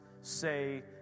say